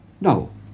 No